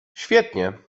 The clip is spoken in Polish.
świetnie